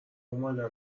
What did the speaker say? اومدن